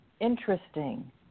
interesting